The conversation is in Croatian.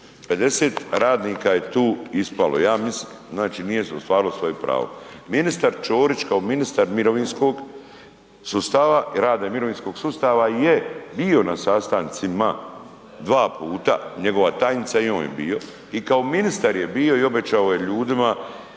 50 radnika je tu ispalo, ja mislim, znači nije si ostvarilo svoje pravo. Ministar Ćorić kao ministar mirovinskog sustava i rada i mirovinskog sustava je bio na sastancima dva puta, njegova tajnica i on je bio i kao ministar je bio i obećao je ljudima